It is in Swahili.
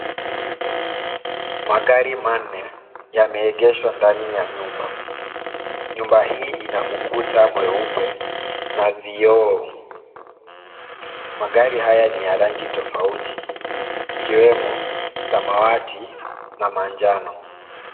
Magari manne yameegeshwa ndani ya nyumba. Nyumba hii ina ukuta mweupe na vioo. Magari haya ni ya rangi tofauti ikiwemo samawati na manjano.